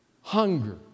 hunger